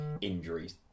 injuries